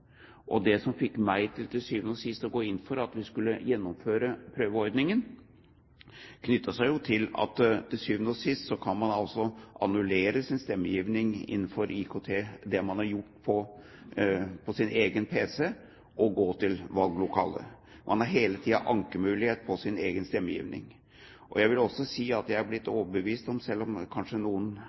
Det som til syvende og sist fikk meg til å gå inn for å gjennomføre prøveordningen, knyttet seg til at man altså kan annullere sin elektroniske stemmegivning – det man har gjort på sin egen PC – og gå til valglokalet. Man har hele tiden ankemulighet for sin egen stemmegivning. Jeg vil også si at jeg har blitt overbevist fordi – selv om noen kanskje